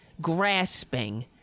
grasping